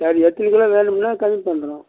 சரி எத்தினை கிலோ வேணுமுன்னால் கம்மி பண்ணுறோம்